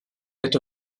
est